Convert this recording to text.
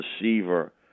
receiver